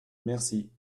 merci